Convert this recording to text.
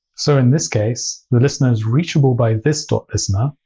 so in this case, the listener is reachable by this listener.